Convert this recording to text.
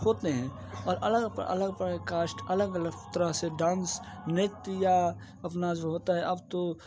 होते हैं और अलग अलग प्रकार अलग अलग तरह से डांस नृत्य या अपना जो है अब तो